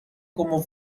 como